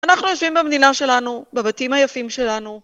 אנחנו יושבים במדינה שלנו, בבתים היפים שלנו.